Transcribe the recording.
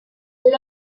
lead